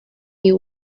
you